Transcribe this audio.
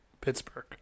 Pittsburgh